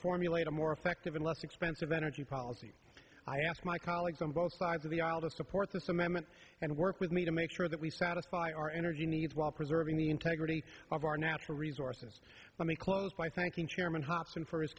formulate a more effective and less expensive energy policy i ask my colleagues on both sides of the aisle to support this amendment and work with me to make sure that we satisfy our energy needs while preserving the integrity of our natural resources let me close by thanking chairman hobson for his